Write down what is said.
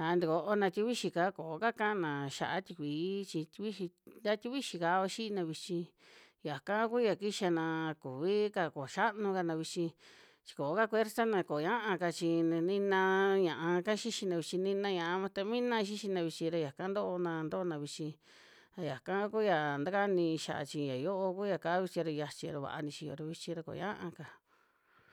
a tu koona tikuixi'ka koo ka kaana xia tikui chi tikuixi, nta tikuixi kava xiina vichin, yaka kuya kixianaa kuvi ka, ko xianu kana vichi, chi koo ka kuersana koñaaka chin nina ña'aka vichi, nina ña'a vatamina xixina vichi ra yaka ntoona, ntona vichi, a yaka kuya takani xiaa chi ya yoo kuya kaa vichi ra xiachi vaa nixiyo ra vichira koñaa'ka.